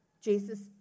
Jesus